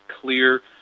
clear